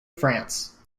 france